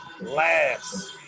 last